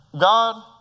God